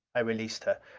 i released her.